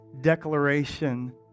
declaration